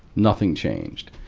nothing changed.